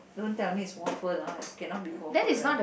don't tell me it's waffle ah it cannot be waffle right